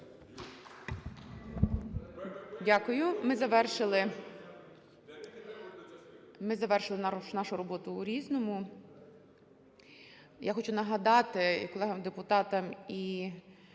Дякую. Ми завершили нашу роботу в "Різному". Я хочу нагадати і колегам-депутатам, і